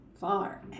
far